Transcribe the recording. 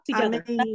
together